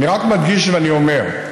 אני רק מדגיש ואני אומר: